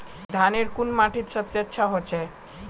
धानेर कुन माटित सबसे अच्छा होचे?